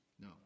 No